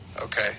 Okay